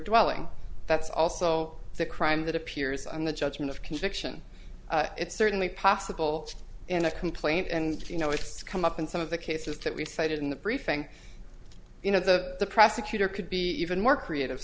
dwelling that's also the crime that appears on the judgment of conviction it's certainly possible in a complaint and you know it's come up in some of the cases that we've cited in the briefing you know the prosecutor could be even more creative